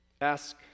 Ask